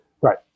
Right